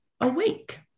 awake